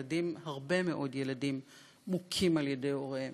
הרבה מאוד ילדים מוכים על-ידי הוריהם,